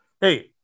hey